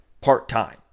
part-time